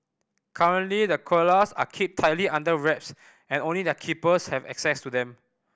currently the koalas are kept tightly under wraps and only their keepers have access to them